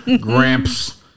gramps